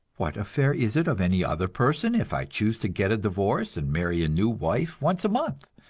what affair is it of any other person if i choose to get a divorce and marry a new wife once a month?